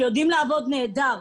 שיודעים לעבוד נהדר.